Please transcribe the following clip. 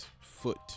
foot